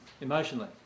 emotionally